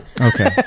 Okay